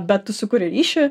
bet tu sukuri ryšį